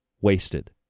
wasted